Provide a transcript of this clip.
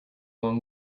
long